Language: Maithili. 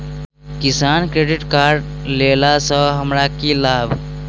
किसान क्रेडिट कार्ड लेला सऽ हमरा की लाभ?